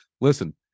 listen